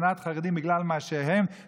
שנאת חרדים בגלל מה שהם,